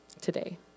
today